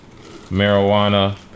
marijuana